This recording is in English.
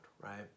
right